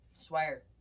Swear